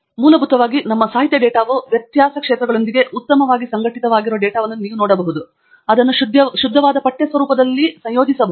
ಆದ್ದರಿಂದ ಮೂಲಭೂತವಾಗಿ ನಮ್ಮ ಸಾಹಿತ್ಯ ಡೇಟಾವು ವ್ಯತ್ಯಾಸ ಕ್ಷೇತ್ರಗಳೊಂದಿಗೆ ಉತ್ತಮವಾಗಿ ಸಂಘಟಿತವಾಗಿರುವ ಡೇಟಾವನ್ನು ನೀವು ನೋಡಬಹುದು ಮತ್ತು ಅದನ್ನು ಶುದ್ಧವಾದ ಪಠ್ಯ ಸ್ವರೂಪದ ಕಾರಣ ಸಂಯೋಜಿಸಬಹುದು